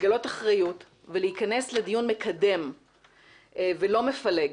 לגלות אחריות ולהיכנס לדיון מקדם ולא מפלג.